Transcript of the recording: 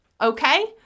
okay